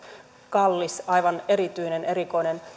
kallis aivan erityinen erikoinen